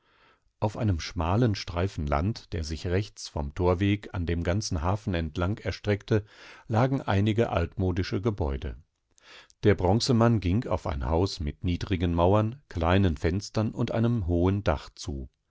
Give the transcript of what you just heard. auf einem schmalen streifen land der sich rechts vom torweg an dem ganzen hafen entlang erstreckte lagen einige altmodische gebäude der bronzemann ging auf ein haus mit niedrigen mauern kleinen fenstern und einem hohen dach zu